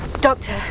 Doctor